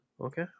okay